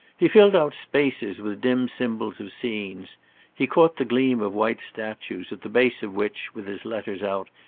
he filled out spaces with dim symbols of scenes he caught the gleam of white statues at the base of which, with his letters out,